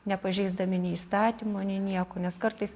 nepažeisdami nei įstatymo nei nieko nes kartais